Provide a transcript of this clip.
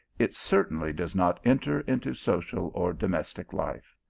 it certainly does not enter into social or domestic life.